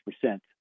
percent